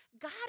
God